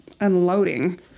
unloading